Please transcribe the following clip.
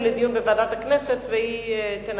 לפי